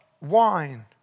wine